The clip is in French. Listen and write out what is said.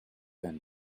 vingt